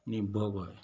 নিৰ্ভৰ কৰে